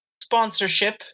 sponsorship